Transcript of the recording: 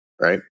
right